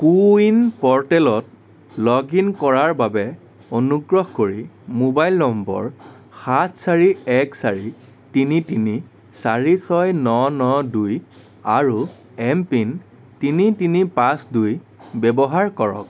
কো win প'ৰ্টেলত log in কৰাৰ বাবে অনুগ্ৰহ কৰি মোবাইল নম্বৰ সাত চাৰি এক চাৰি তিনি তিনি চাৰি ছয় ন ন দুই আৰু এমপিন তিনি তিনি পাঁচ দুই ব্যৱহাৰ কৰক